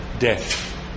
death